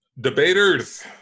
debaters